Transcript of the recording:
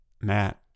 Matt